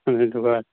ꯑꯗꯨꯗꯨꯒ